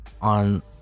on